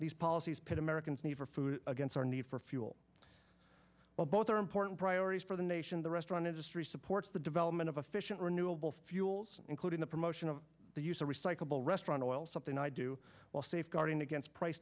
these policies put americans need for food against our need for fuel well both are important priorities for the nation the restaurant industry supports the development of a fission renewable fuels including the promotion of the use of recyclable restaurant oil something i do well safeguarding against price